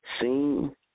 seen